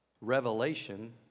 revelation